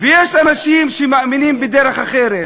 ויש אנשים שמאמינים בדרך אחרת.